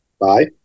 Bye